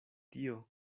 tio